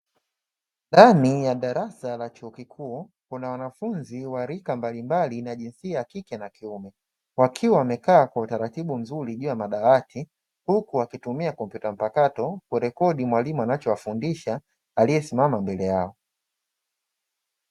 Ndani ya darasa la chuo kikuu kuna wanafunzi wa rika mbalimbali wa jinsia ya kike na kiume wakiwa wamekaa kwa utaratibu mzuri juu ya madawati. Huku wakitumia kompyuta mpakato kurekodi mwalimu anachowafundisha aliyesimama mbele yao.